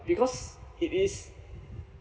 because it is